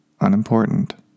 unimportant